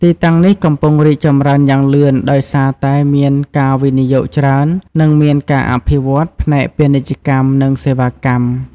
ទីតាំងនេះកំពុងរីកចម្រើនយ៉ាងលឿនដោយសារតែមានការវិនិយោគច្រើន និងមានការអភិវឌ្ឍផ្នែកពាណិជ្ជកម្ម និងសេវាកម្ម។